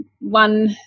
one